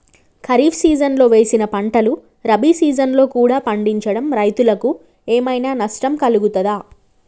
ఖరీఫ్ సీజన్లో వేసిన పంటలు రబీ సీజన్లో కూడా పండించడం రైతులకు ఏమైనా నష్టం కలుగుతదా?